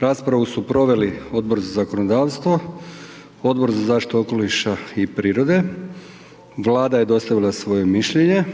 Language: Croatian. Raspravu su proveli Odbor za zakonodavstvo, Odbor za zaštitu okoliša i prirode. Vlada je dostavila svoje mišljenje.